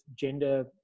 gender